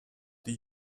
die